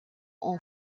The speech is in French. ont